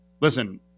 Listen